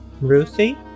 ruthie